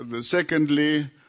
secondly